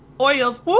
oils